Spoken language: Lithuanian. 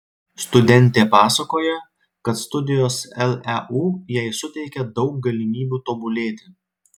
studentė pasakoja kad studijos leu jai suteikia daug galimybių tobulėti